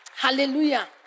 Hallelujah